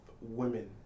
women